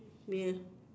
neighbour